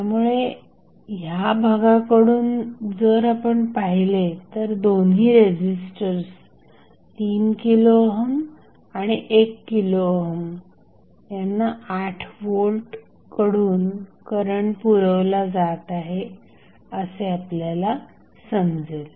त्यामुळे ह्या भागाकडून जर आपण पाहिले तर दोन्ही रेझिस्टर्स 3 किलो ओहम आणि 1 किलो ओहम यांना 8 व्होल्ट कडून करंट पुरवला जात आहे असे आपल्याला समजेल